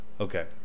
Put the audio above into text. Okay